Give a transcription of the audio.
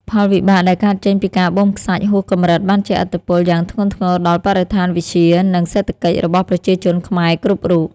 ផលវិបាកដែលកើតចេញពីការបូមខ្សាច់ហួសកម្រិតបានជះឥទ្ធិពលយ៉ាងធ្ងន់ធ្ងរដល់បរិស្ថានវិទ្យា និង សេដ្ឋកិច្ចរបស់ប្រជាជនខ្មែរគ្រប់រូប។